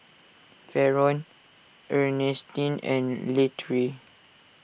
Faron Earnestine and Latrell